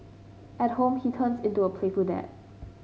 at home he turns into a playful dad